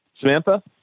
Samantha